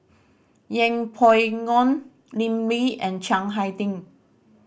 Yeng Pway Ngon Lim Lee and Chiang Hai Ding